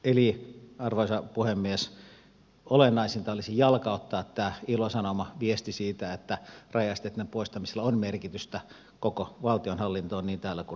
eli arvoisa puhemies olennaisinta olisi jalkauttaa tämä ilosanoma viesti siitä että rajaesteitten poistamisella on merkitystä koko valtionhallintoon niin täällä kuin muuallakin pohjolassa